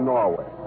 Norway